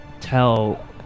tell